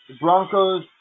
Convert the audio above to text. Broncos